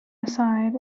aside